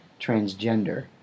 transgender